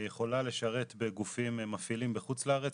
יכולה לשרת בגופים מפעילים בחוץ לארץ,